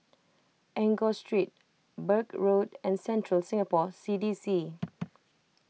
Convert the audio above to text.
Enggor Street Birch Road and Central Singapore C D C